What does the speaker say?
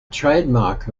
trademark